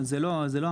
זה לא המצב.